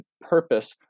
purpose